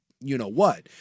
you-know-what